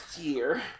year